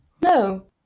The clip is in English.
No